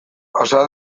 pasa